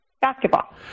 Basketball